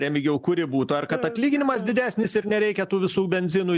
remigijau kuri būtų ar kad atlyginimas didesnis ir nereikia tų visų benzinui